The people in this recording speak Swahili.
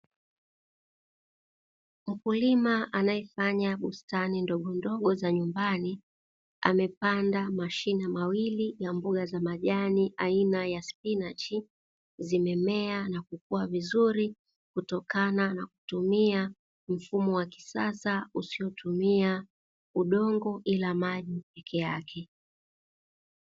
Mkulima anayefanya bustani ndogondogo za nyumbani, amepanda mashina mawili ya mboga za majani aina ya spinachi zimemea na kukua vizuri kutokna na kutumia mfumo wa kisasa usitumia udongo ila maji peke yake.